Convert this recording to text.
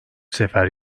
sefer